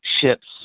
ships